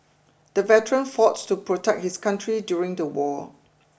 the veteran fought to protect his country during the war